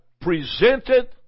presented